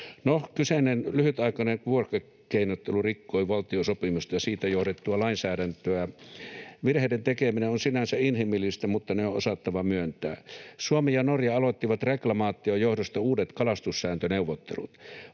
kyseinen lyhytaikainen vuokrakeinottelu rikkoi valtiosopimusta ja siitä johdettua lainsäädäntöä. Virheiden tekeminen on sinänsä inhimillistä, mutta ne on osattava myöntää. Suomi ja Norja aloittivat reklamaation johdosta uudet kalastussääntöneuvottelut.